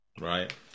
right